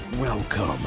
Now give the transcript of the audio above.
Welcome